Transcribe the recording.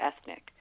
ethnic